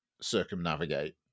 circumnavigate